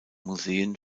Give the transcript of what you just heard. museen